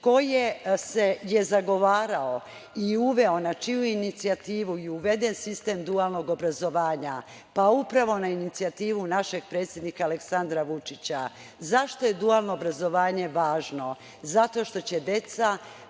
Ko je zagovarao i uveo, na čiju inicijativu je uveden sistem dualnog obrazovanja? Upravo na inicijativu našeg predsednika Aleksandra Vučića. Zašto je dualno obrazovanje važno? Zato što će deca,